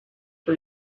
for